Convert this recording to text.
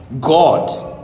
God